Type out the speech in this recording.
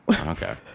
okay